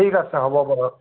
ঠিক আছে হ'ব বাৰু